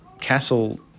castle